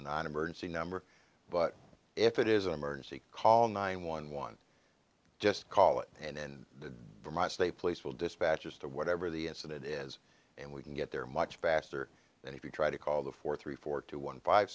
non emergency number but if it is an emergency call nine one one just call it and the state police will dispatchers to whatever the incident is and we can get there much faster than if you try to call the four three four two one five